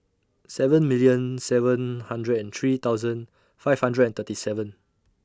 seven million seven hundred and three thousand five hundred and thirty seven